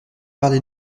parlé